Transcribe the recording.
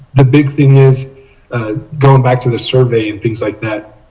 the big thing is going back to the survey, things like that.